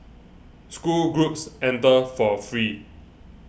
school groups enter for free